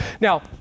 Now